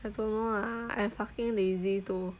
I don't know ah I'm fucking lazy to